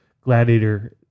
gladiator